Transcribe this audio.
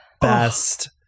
best